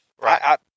Right